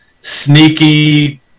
sneaky